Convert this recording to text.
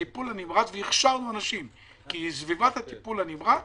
הכשרנו אנשים כי סביבת הטיפול הנמרץ